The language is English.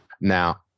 Now